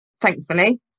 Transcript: thankfully